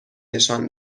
نشان